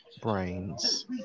brains